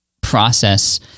process